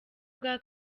bwa